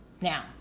Now